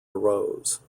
arose